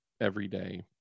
everyday